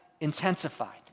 intensified